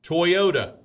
Toyota